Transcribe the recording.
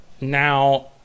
now